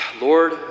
Lord